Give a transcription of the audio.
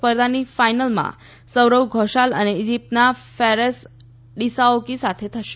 સ્પર્ધાની ફાઈનલમાંસૌરવ ઘોષાલ અને ઈજિપ્તના ફેરેસ ડીસાઉકી સાથે થશે